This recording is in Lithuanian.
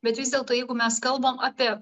bet vis dėlto jeigu mes kalbam apie